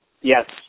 Yes